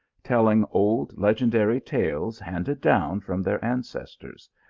telling old legendary tales handed down from their ancestors.